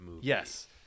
yes